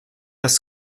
das